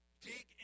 Dig